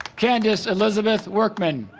candice elizabeth workman